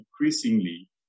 increasingly